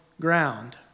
ground